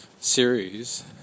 series